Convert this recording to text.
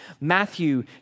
Matthew